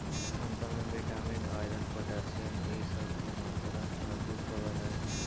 संतरा में vitamin, iron, potassium इ सब के मात्रा अधिक होवऽ हई